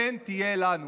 כן תהיה לנו.